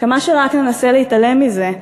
כמה שרק ננסה להתעלם מזה,